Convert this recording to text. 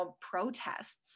protests